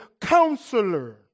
counselor